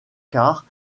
quarts